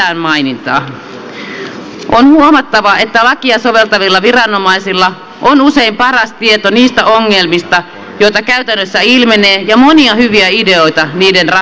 on huomattava että lakia soveltavilla viranomaisilla on usein paras tieto niistä ongelmista joita käytännössä ilmenee ja monia hyviä ideoita niiden ratkaisemiseen